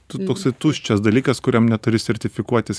tu toksai tuščias dalykas kuriam neturi sertifikuotis